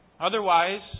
Otherwise